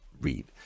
read